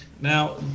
Now